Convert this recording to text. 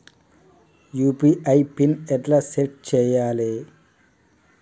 UPI PIN ఎట్లా set చేయాలే?